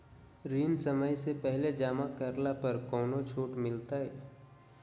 ऋण समय से पहले जमा करला पर कौनो छुट मिलतैय?